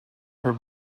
her